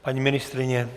Paní ministryně?